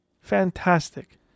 Fantastic